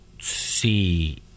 see